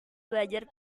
belajar